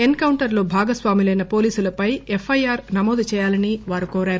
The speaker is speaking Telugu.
ఎస్ కౌంటర్ లో భాగస్వాములైన పోలీసులపై ఎఫ్ఐఆర్ నమోదు చేయాలని వారు కోరారు